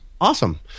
Awesome